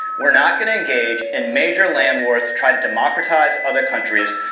we're not going to engage in major land wars to try to democratize other countries,